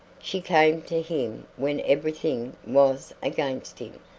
she came to him when everything was against him,